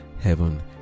heaven